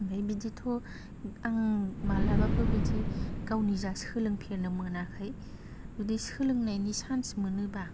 बे बिदिथ' आं माब्लाबाबो बिदि गाव निजा सोलों फेरनो मोनाखै जुदि सोलोंनायनि चान्स मोनोब्ला